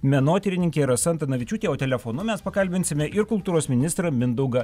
menotyrininkė rasa antanavičiūtė o telefonu mes pakalbinsime ir kultūros ministrą mindaugą